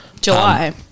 July